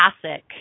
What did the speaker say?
classic